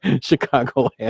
Chicago